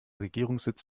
regierungssitz